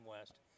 west